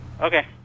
okay